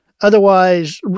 Otherwise